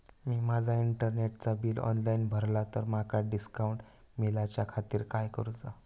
मी माजा इंटरनेटचा bill online भरला तर माका डिस्काउंट मिलाच्या खातीर काय करुचा?